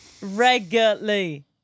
Regularly